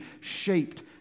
shaped